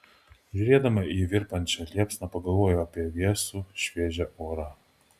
žiūrėdama į virpančią liepsną pagalvojau apie vėsų šviežią orą